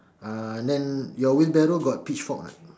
uh then your wheelbarrow got pitchfork or not